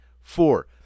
four